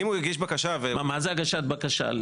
מה זה הגשת בקשה?